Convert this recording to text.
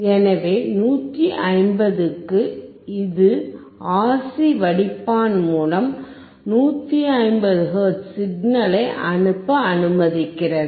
எனவே 150 க்கும் இது RC வடிப்பான் மூலம் 150 ஹெர்ட்ஸ் சிக்னலை அனுப்ப அனுமதிக்கிறது